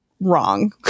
wrong